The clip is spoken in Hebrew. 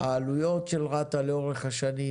העלויות של רת"א לאורך השנים,